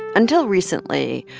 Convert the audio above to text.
until recently,